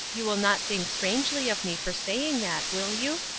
you will not think strangely of me for saying that, will you?